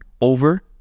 over